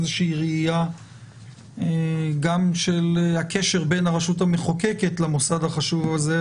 איזושהי ראיה גם של הקשר בין הרשות המחוקקת למוסד החשוב הזה,